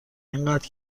اینقدر